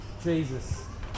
Jesus